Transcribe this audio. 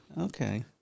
Okay